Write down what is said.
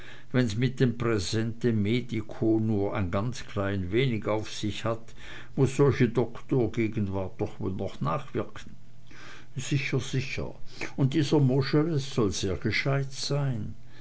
wenn's mit dem praesente medico nur ein ganz klein wenig auf sich hat muß solche doktorgegenwart doch wohl noch nachwirken sicher sicher und dieser moscheles soll sehr gescheit sein